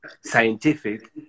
scientific